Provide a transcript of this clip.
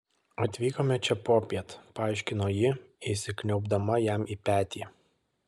atvykome čia popiet paaiškino ji įsikniaubdama jam į petį